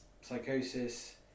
psychosis